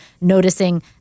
noticing